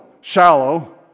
shallow